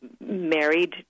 married